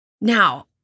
now